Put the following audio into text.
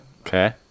Okay